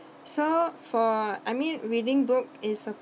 so for I mean reading book is a